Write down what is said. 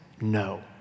no